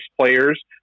players